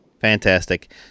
Fantastic